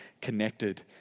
connected